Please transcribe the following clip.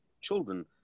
children